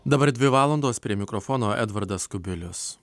dabar dvi valandos prie mikrofono edvardas kubilius